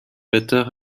peter